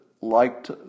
liked